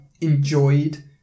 enjoyed